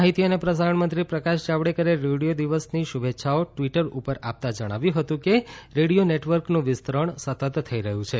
માહિતી અને પ્રસારણ મંત્રી પ્રકાશ જાવડેકરે રેડિયો દિવસની શુભેચ્છાઓ ટવીટર ઉપર આપતા જણાવ્યું હતું કે રેડિયો નેટવર્કનું વિસ્તરણ સતત થઇ રહયું છે